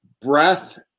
breath